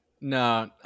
No